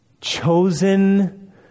chosen